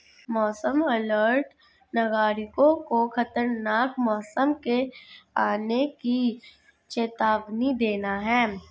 मौसम अलर्ट नागरिकों को खतरनाक मौसम के आने की चेतावनी देना है